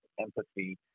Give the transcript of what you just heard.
empathy